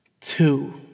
two